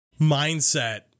mindset